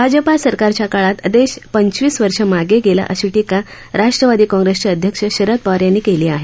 भाजपा सरकारच्या काळात देश पंचवीस वर्ष मागे गेला अशी शिका राष्ट्रवादी काँप्रेसचे अध्यक्ष शरद पवार यांनी केली आहे